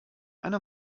eine